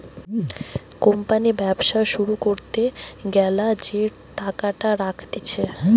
company ব্যবসা শুরু করতে গ্যালা যে টাকাটা রাখতিছে